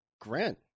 Grant